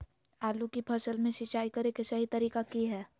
आलू की फसल में सिंचाई करें कि सही तरीका की हय?